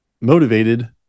motivated